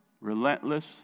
relentless